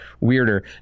weirder